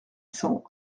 cents